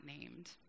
named